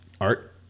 art